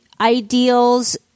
ideals